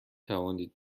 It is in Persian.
توانید